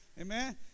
Amen